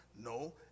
no